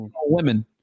women